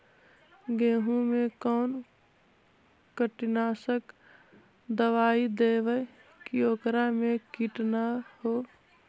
गेहूं में कोन कीटनाशक दबाइ देबै कि ओकरा मे किट न हो?